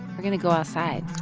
we're going to go outside